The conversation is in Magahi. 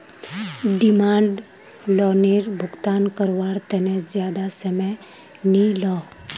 डिमांड लोअनेर भुगतान कारवार तने ज्यादा समय नि इलोह